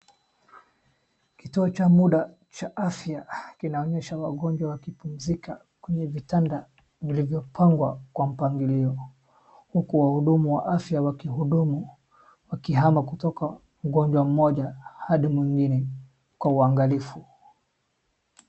Kituo cha munda cha afya kinaonyesha wagonjwa wakipumzika kwenye vitanda vilivyopangwa kwa mpangilio huku wahudumu wa afya wakihudumu wakihama kutoka mgonjwa mmoja hadi mwingine kwa uangalifu.